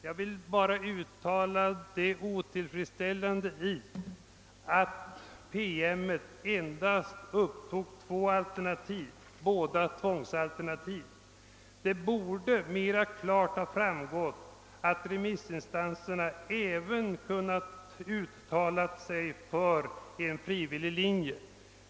Jag vill bara säga att jag finner det otillfredsställande att promemorian endast upptog två alternativ, båda tvångsalternativ. Det borde klarare ha framgått att remissinstanserna även kunnat uttala sig för en frivilliglinje.